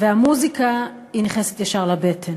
והמוזיקה, היא נכנסת ישר לבטן.